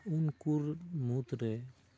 ᱩᱱᱠᱩ ᱢᱩᱫᱽ ᱨᱮ